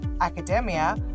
academia